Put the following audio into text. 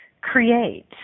create